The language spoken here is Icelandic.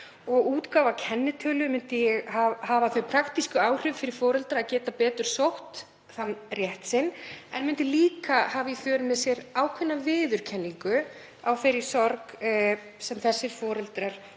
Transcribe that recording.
Og útgáfa kennitölu myndi hafa þau praktísku áhrif fyrir foreldra að þeir gætu betur sótt þann rétt sinn en það myndi líka hafa í för með sér ákveðna viðurkenningu á þeirri sorg sem þessir foreldrar